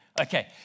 Okay